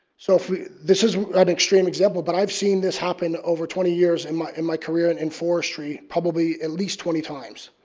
so this is an extreme example but i've seen this happen over twenty years and in my career in and forestry probably at least twenty times.